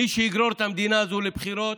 מי שיגרור את המדינה הזאת לבחירות,